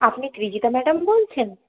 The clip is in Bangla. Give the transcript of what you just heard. আপনি ত্রিজিতা ম্যাডাম বলছেন